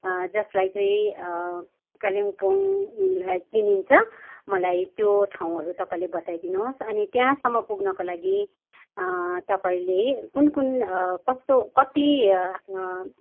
जसलाई चाहिँ कालिम्पोङ लाई चिनिन्छ मलाई त्यो ठाउँहरू तपाईँले बताइ दिनुहोस् अनि त्यहाँसम्म पुग्नको लागि तपाईँले कुन कुन कस्तो कत्ति